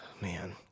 Man